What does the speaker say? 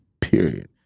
period